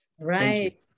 Right